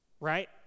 Right